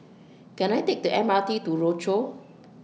Can I Take The M R T to Rochor